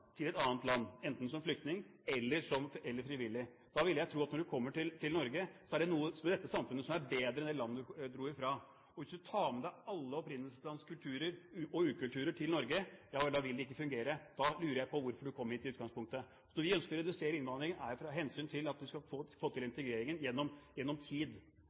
til et annet land, enten som flyktning eller frivillig. Når du kommer til Norge, ville jeg tro at det er noe ved dette samfunnet som er bedre enn det landet du dro fra. Hvis du tar med deg alle opprinnelseslands kulturer – og ukulturer – til Norge, vil det ikke fungere. Da lurer jeg på hvorfor du kom hit i utgangspunktet. Når vi ønsker å redusere innvandringen, er det av hensyn til å få til integrering gjennom tid, akkurat som da 800 000 nordmenn flyttet til